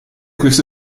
questa